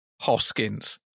hoskins